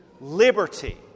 liberty